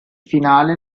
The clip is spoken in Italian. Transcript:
finale